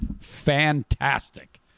fantastic